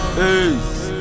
peace